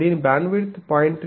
దీని బ్యాండ్విడ్త్ 0